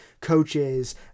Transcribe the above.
coaches